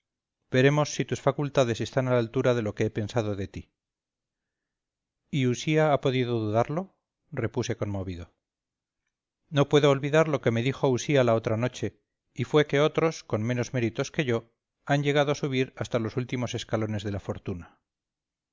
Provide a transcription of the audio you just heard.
veremos si tus facultades están a la altura de lo que he pensado de ti y usía ha podido dudarlo repuse conmovido no puedo olvidar lo que me dijo usía la otra noche y fue que otros con menos méritos que yo han llegado a subir hasta los últimos escalones de la fortuna